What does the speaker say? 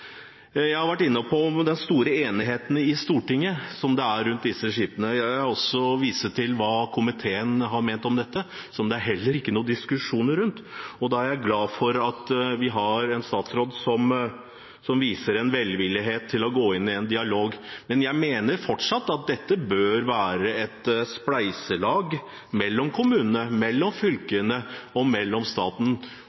Jeg har vært inne på den store enigheten i Stortinget som det er om disse skipene, jeg viser også til hva komiteen har ment om dette, som det heller ikke er noen diskusjon rundt. Da er jeg glad for at vi har en statsråd som viser en velvillighet til å gå inn i en dialog. Men jeg mener fortsatt at dette bør være et spleiselag mellom kommunene, fylkene og staten.